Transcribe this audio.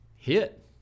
Hit